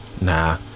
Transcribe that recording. Nah